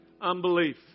unbelief